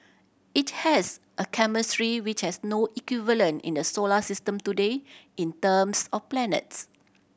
it has a chemistry which has no equivalent in the solar system today in terms of planets